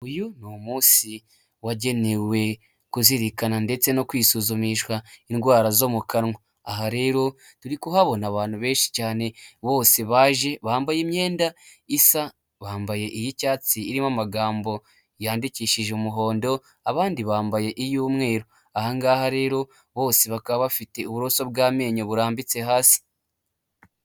Uyu ni umunsi wagenewe kuzirikana ndetse no kwisuzumisha indwara zo mu kanwa. Aha rero turi kuhabona abantu benshi cyane, bose baje bambaye imyenda isa, bambaye iy'icyatsi irimo amagambo yandikishije umuhondo, abandi bambaye iy'umweru. Aha ngaha rero bose bakaba bafite uburoso bw'amenyo burambitse hasi.